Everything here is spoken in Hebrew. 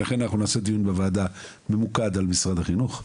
ולכן אנחנו נעשה דיון בוועדה ממוקד על משרד החינוך.